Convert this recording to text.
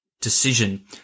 decision